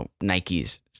Nike's